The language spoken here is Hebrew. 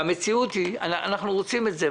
אנחנו רוצים את זה,